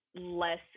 less